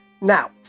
Now